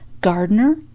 gardener